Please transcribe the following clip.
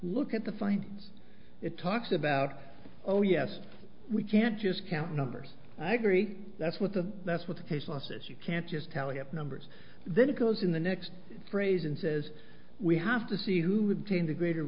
look at the findings it talks about oh yes we can't just count numbers i agree that's what the that's what the case law says you can't just tally up numbers then it goes in the next phrase and says we have to see who would paint a greater